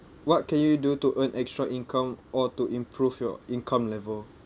what can you do to earn extra income or to improve your income level